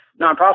nonprofit